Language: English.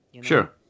Sure